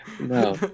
No